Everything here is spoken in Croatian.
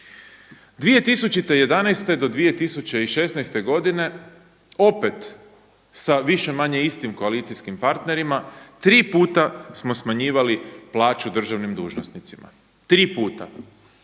2011. do 2016. godine opet sa više-manje istim koalicijskim partnerima tri puta smo smanjivali plaću državnim dužnosnicima. Tri puta.